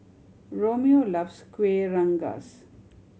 Romeo loves Kuih Rengas